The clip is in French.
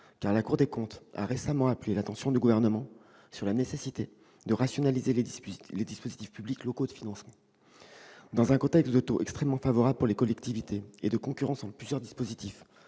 la Cour des comptes a récemment appelé l'attention du Gouvernement sur la nécessité de rationaliser les dispositifs publics locaux de financement, dans un contexte de taux extrêmement favorables pour les collectivités territoriales et de concurrence entre plusieurs dispositifs,